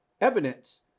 evidence